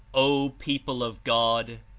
o people of god!